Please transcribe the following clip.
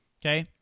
Okay